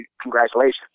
congratulations